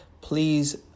please